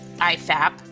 IFAP